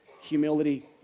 humility